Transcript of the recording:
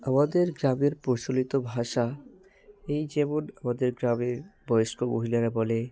আমাদের গ্রামের প্রচলিত ভাষা এই যেমন আমাদের গ্রামের বয়স্ক মহিলারা বলে